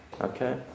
Okay